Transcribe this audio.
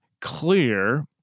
clear